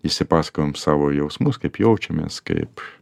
išsipasakojam savo jausmus kaip jaučiamės kaip